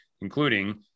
including